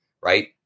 Right